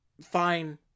fine